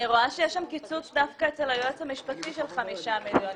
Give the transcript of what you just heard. רואה שדווקא אצל היועץ המשפטי יש קיצוץ של 5 מיליון שקלים.